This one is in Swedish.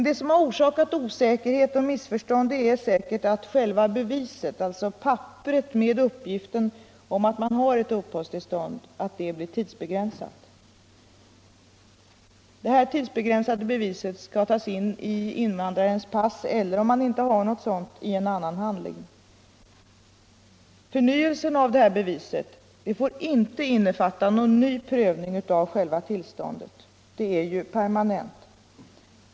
Det som har orsakat osäkerhet och missförstånd är säkert att själva bevisen, dvs. papperet med uppgiften om uppehållstillståndet, blir tidsbegränsat. Det tidsbegränsade beviset skall tas in i invandrarens pass eller, om han inte har något sådant, i en annan handling. Förnyelsen av beviset får inte innefatta någon ny prövning av själva tillståndet — det är ju permanent.